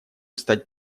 стать